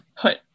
put